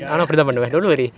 ya